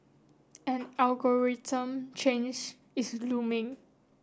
an algorithm change is looming